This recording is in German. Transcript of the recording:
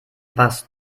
warst